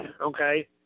okay